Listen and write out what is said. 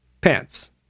Pants